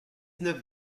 neuf